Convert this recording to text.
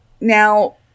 Now